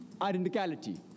identicality